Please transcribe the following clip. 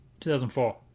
2004